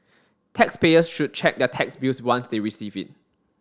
taxpayers should check their tax bills once they receive it